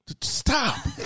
Stop